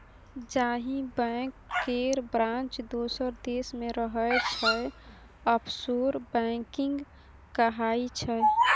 जाहि बैंक केर ब्रांच दोसर देश मे रहय छै आफसोर बैंकिंग कहाइ छै